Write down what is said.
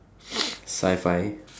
sci-fi